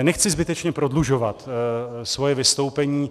Nechci zbytečně prodlužovat svoje vystoupení.